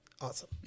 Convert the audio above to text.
awesome